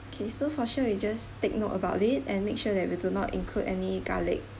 okay so for sure we just take note about it and make sure that we do not include any garlic